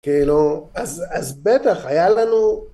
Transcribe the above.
כאילו אז בטח היה לנו